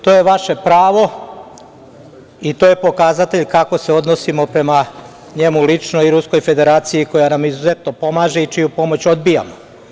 To je vaše pravo, i to je pokazatelj kako se odnosimo prema njemu lično i Ruskoj Federaciji koja nam izuzetno pomaže i čiju pomoć odbijamo.